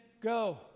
go